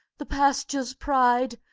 the pasture's pride,